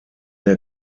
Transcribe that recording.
der